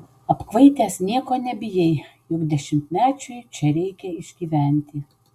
apkvaitęs nieko nebijai juk dešimtmečiui čia reikia išgyventi